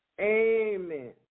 Amen